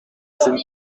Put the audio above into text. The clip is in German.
sind